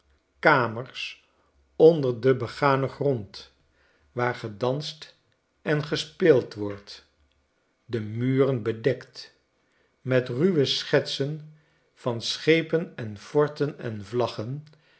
katners onder den beganen grond waar gedanst en gespeeld wordt de muren bedekt met ruwe schetsen van schepen en forten en vlaggen